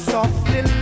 Softly